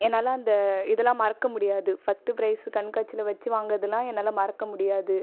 என்னால் அந்த இதெல்லாம் மறக்க முடியாது ஃபர்ஸ்ட் ப்ரைஸு கண்காட்சியில வச்சு வாங்கர்தலாம் என்னால் மறக்க முடியாது